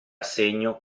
segno